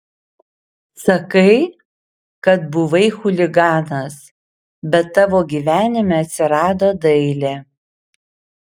sakai kad buvai chuliganas bet tavo gyvenime atsirado dailė